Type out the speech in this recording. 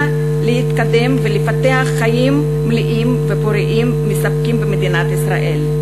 להתקדם ולפתח חיים מלאים ופוריים מספקים במדינת ישראל.